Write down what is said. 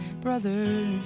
brother